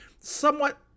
somewhat